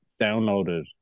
downloaded